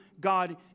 God